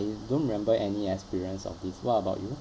I don't remember any experience of this what about you